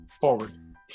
forward